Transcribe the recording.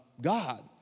God